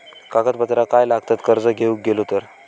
कागदपत्रा काय लागतत कर्ज घेऊक गेलो तर?